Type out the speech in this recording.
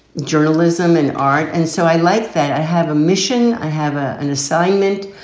journalism and art. and so i like that i have a mission. i have ah an assignment.